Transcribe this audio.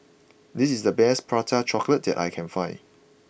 this is the best Prata Chocolate that I can find